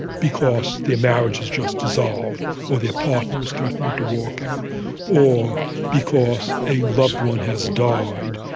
because their marriage has just dissolved or their partner is threatening to walk out or because a loved one has died,